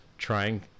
trying